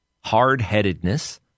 hard-headedness